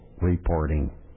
reporting